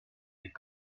n’est